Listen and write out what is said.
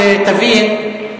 שתבין,